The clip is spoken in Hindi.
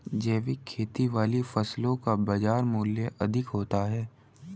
जैविक खेती वाली फसलों का बाजार मूल्य अधिक होता है